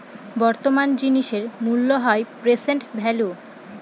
বর্তমান জিনিসের মূল্য হল প্রেসেন্ট ভেল্যু